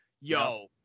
yo